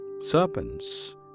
serpents